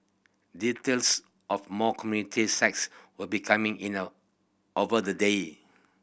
details of more community sites will be coming in a over the day